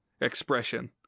expression